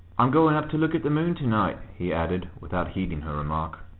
i'm going up to look at the moon to-night, he added, without heeding her remark.